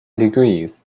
degrees